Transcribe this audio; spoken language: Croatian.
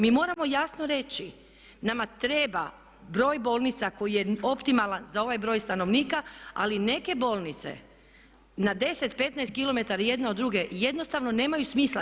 Mi moramo jasno reći nama treba broj bolnica koji je optimalan za ovaj broj stanovnika, ali neke bolnice na 10, 15 km jedna od druge jednostavno nemaju smisla.